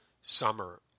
summer